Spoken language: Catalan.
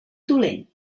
dolent